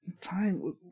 time